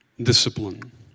discipline